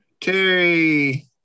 Terry